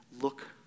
Look